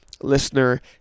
listener